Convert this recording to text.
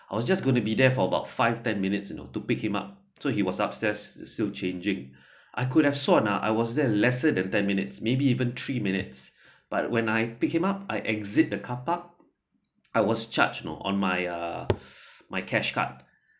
I was just going to be there for about five ten minutes you know to pick him up so he was upstairs still changing I could have sworn uh I was there lesser than ten minutes maybe even three minutes but when I pick him up I exit the carpark I was charged you know on my uh my cash card